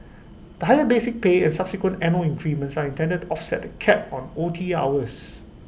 the higher basic pay and subsequent annual increments are intended to offset the cap on O T hours